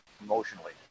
emotionally